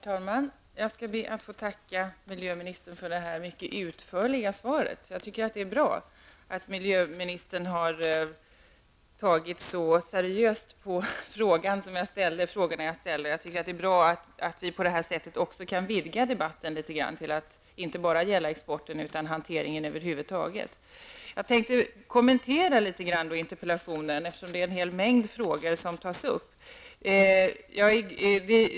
Herr talman! Jag skall be att få tacka miljöministern för detta mycket utförliga svar. Jag tycker att det är bra att miljöministern har tagit så seriöst på frågorna jag ställde och att vi på det här sättet också kan vidga debatten till att inte bara gälla exporten utan avfallshanteringen över huvud taget. Jag tänkte kommentera interpellationen litet eftersom en mängd frågor tas upp i den.